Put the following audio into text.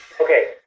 Okay